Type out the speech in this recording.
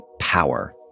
power